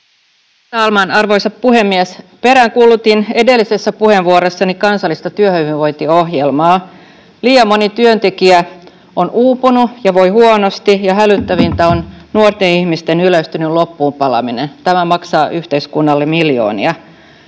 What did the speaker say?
talman, arvoisa puhemies! Peräänkuulutin edellisessä puheenvuorossani kansallista työhyvinvointiohjelmaa. Liian moni työntekijä on uupunut ja voi huonosti. Hälyttävintä on nuorten ihmisten yleistynyt loppuun palaminen. Tämä maksaa yhteiskunnalle miljoonia.